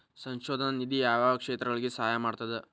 ಸಂಶೋಧನಾ ನಿಧಿ ಯಾವ್ಯಾವ ಕ್ಷೇತ್ರಗಳಿಗಿ ಸಹಾಯ ಮಾಡ್ತದ